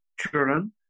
children